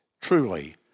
Truly